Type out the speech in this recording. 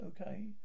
okay